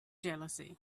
jealousy